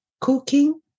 cooking